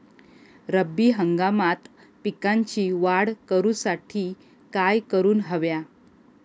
रब्बी हंगामात पिकांची वाढ करूसाठी काय करून हव्या?